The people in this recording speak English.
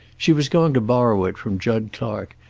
she was going to borrow it from jud clark,